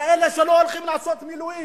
כאלה שלא הולכים למילואים